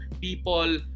people